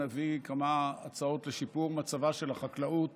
נביא כמה הצעות לשיפור מצבה של החקלאות